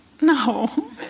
no